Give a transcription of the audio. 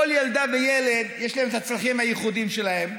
ושלכל ילדה וילד יש את הצרכים הייחודיים שלהם.